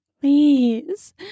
Please